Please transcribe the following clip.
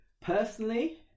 personally